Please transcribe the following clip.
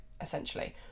essentially